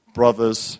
brothers